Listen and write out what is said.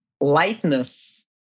lightness